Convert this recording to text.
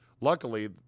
Luckily